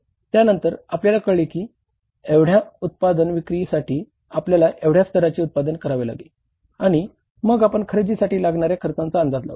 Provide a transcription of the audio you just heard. त्यानंतर आपल्याला कळले की एवढ्या उत्पादन विक्रीसाठी आपल्याला एवढ्या स्तराचे उत्पादन करावे लागेल आणि मग आपण खरेदीसाठी लागणाऱ्या खर्चांचा अंदाज लावला